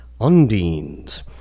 Undines